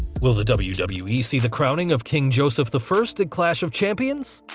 will the wwe wwe see the crowning of king joseph the first at clash of champions?